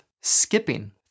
skipping